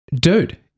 Dude